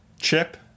Chip